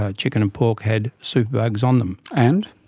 ah chicken and pork, had super bugs on them. and?